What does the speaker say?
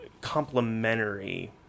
complementary